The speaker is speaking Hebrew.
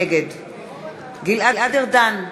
נגד גלעד ארדן,